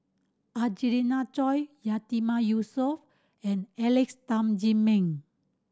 Angelina Choy Yatiman Yusof and Alex Tam Ziming